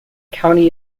county